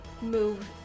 move